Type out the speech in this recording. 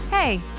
Hey